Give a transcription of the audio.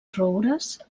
roures